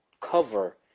cover